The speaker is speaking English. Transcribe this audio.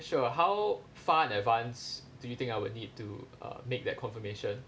sure how far in advance do think I would need to uh make that confirmation